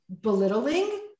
belittling